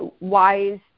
wise